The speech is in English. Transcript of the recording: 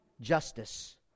justice